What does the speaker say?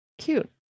Cute